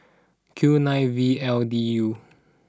Q nine V L D U